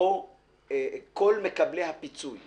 בו כל מקבלי הפיצוי